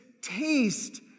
taste